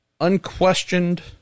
unquestioned